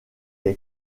est